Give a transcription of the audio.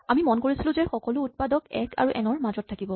আমি মন কৰিছিলো যে সকলো উৎপাদক এক আৰু এন ৰ মাজত থাকিব